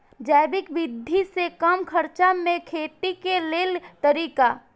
जैविक विधि से कम खर्चा में खेती के लेल तरीका?